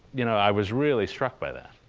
you know, i was really struck by that